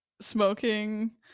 smoking